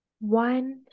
one